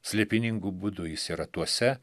slėpiningu būdu jis yra tuose